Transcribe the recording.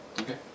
Okay